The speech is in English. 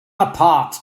apart